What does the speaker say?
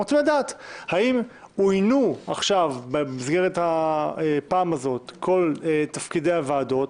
הם רוצים לדעת האם אויינו עכשיו במסגרת הפעם הזאת כל תפקידי הוועדות